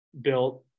built